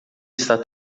está